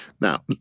Now